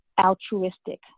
altruistic